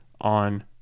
on